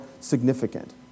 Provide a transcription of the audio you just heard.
significant